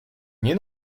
nie